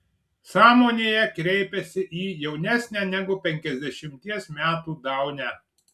sąmonėje kreipiasi į jaunesnę negu penkiasdešimties metų daunę